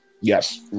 Yes